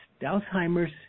Alzheimer's